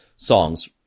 songs